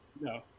No